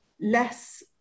less